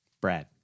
Brad